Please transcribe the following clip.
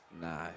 No